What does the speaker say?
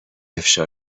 افشا